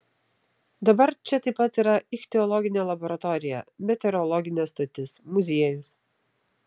dabar čia taip pat yra ichtiologinė laboratorija meteorologinė stotis muziejus